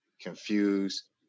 confused